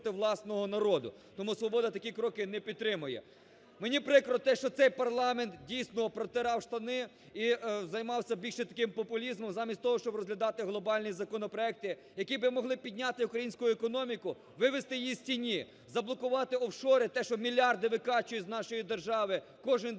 власного народу. Тому "Свобода" такі кроки не підтримує. Мені прикро те, що цей парламент, дійсно, протирав штани і займався більше таким популізмом, замість того щоб розглядати глобальні законопроекти, які би могли підняти українську економіку, вивести її з тіні, заблокувати офшори – те, що мільярди викачує з нашої держави кожен день